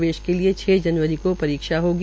प्रवेश के लिए छ जनवरी को परीक्षा होगी